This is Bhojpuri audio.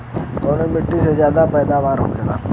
कवने मिट्टी में ज्यादा पैदावार होखेला?